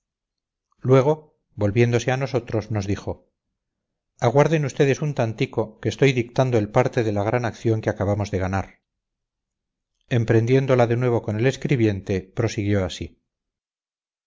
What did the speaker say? luego volviéndose a nosotros nos dijo aguarden ustedes un tantico que estoy dictando el parte de la gran acción que acabamos de ganar emprendiéndola de nuevo con el escribiente prosiguió así